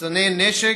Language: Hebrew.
ומחסני נשק.